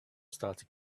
started